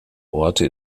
orte